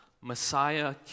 Messiah